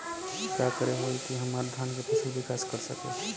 का करे होई की हमार धान के फसल विकास कर सके?